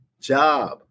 job